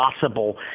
possible